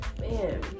Man